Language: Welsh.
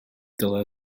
dylai